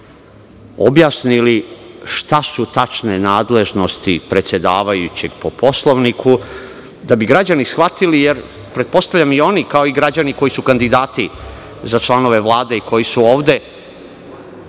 objasnili šta su tačne nadležnosti predsedavajućeg po Poslovniku kako bi građani shvatili, jer pretpostavljam da oni, kao i građani koji su kandidati za članove Vlade i koji su ovde,